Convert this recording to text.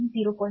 0 ते P0